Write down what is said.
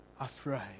afraid